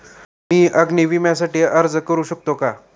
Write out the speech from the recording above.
मी अग्नी विम्यासाठी अर्ज करू शकते का?